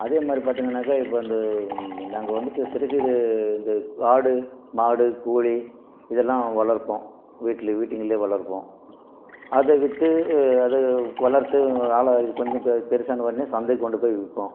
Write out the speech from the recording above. அதே மாதிரி பார்த்திங்கன்னாக்கா இப்போ இந்த நாங்கள் வந்துட்டு சிறு சிறு இந்த ஆடு மாடு கோழி இதல்லாம் வளர்ப்போம் வீட்டில் வீடுங்கள்லேயே வளர்ப்போம் அதை விற்று அதை வளர்த்து ஆளாகி கொஞ்சம் பெருசான உடனே சந்தைக்கு கொண்டு போய் விற்போம்